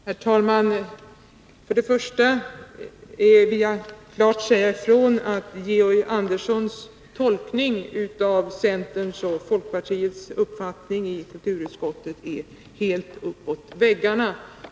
Herr talman! För det första vill jag klart säga ifrån att Georg Anderssons tolkning av centerns och folkpartiets uppfattning i kulturutskottet är helt uppåt väggarna.